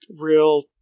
real